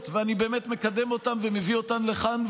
ואני באמת מקדם אותן ומביא אותן לכאן,